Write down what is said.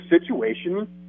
situation